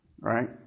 Right